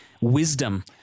wisdom